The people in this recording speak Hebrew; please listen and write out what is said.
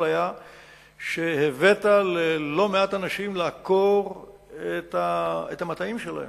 היה שהבאת לא מעט אנשים לעקור את המטעים שלהם.